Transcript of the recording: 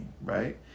right